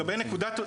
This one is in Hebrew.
לגבי נקודת,